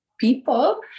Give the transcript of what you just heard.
people